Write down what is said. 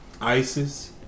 ISIS